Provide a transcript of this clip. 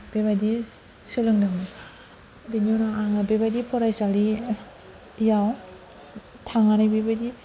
बेबायदि सोलोंदोंमोन बेनि उनाव आङो बेबायदि फरायसालियाव थांनानै बेबायदि